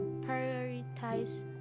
prioritize